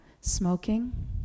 Smoking